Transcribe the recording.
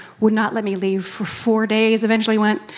would not let me leave for four days, eventually went,